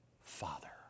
Father